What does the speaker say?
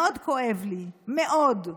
מאוד כואב לי, מאוד,